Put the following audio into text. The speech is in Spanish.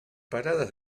paradas